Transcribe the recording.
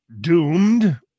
doomed